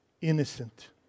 innocent